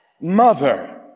mother